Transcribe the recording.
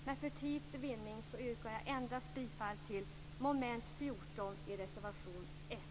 Men för tids vinnande yrkar jag endast bifall till reservation 1 under mom.14.